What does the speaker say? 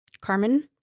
Carmen